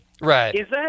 Right